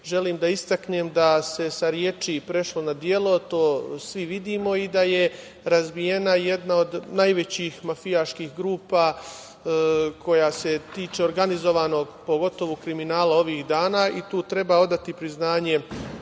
želim da istaknem da se sa reči prešlo na dela. To svi vidimo i da je razbijena jedna od najvećih mafijaških grupa koja se tiče organizovanog pogotovo kriminala ovih dana i tu treba odati priznanje